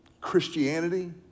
Christianity